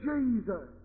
Jesus